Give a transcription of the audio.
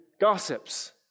gossips